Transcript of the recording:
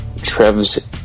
trev's